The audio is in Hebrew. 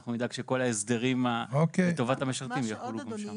אנחנו נדאג שכל ההסדרים לטובת המשרתים יחולו גם שם.